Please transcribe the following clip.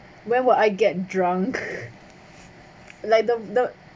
where will I get drunk like the